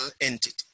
entity